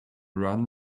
run